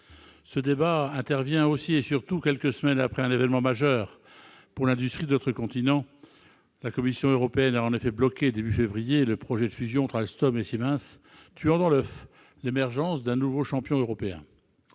Ce débat intervient aussi, et surtout, quelques semaines après un événement majeur pour l'industrie de notre continent : la Commission européenne a bloqué, début février, le projet de fusion entre Alstom et Siemens, tuant dans l'oeuf l'émergence d'un nouveau champion européen.